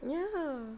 ya